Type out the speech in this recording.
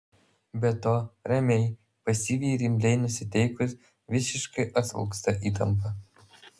be to ramiai pasyviai ir imliai nusiteikus visiškai atslūgsta įtampa